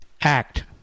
act